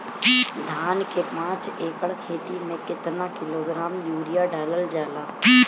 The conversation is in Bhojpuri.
धान के पाँच एकड़ खेती में केतना किलोग्राम यूरिया डालल जाला?